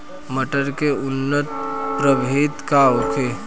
मटर के उन्नत प्रभेद का होखे?